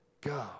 go